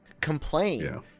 complain